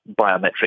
biometric